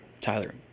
Tyler